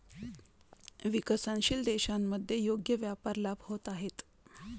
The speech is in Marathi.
विकसनशील देशांमध्ये योग्य व्यापार लाभ होत आहेत